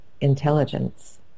intelligence